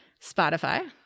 Spotify